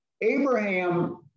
Abraham